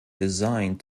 designed